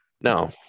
no